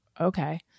okay